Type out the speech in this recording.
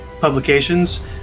publications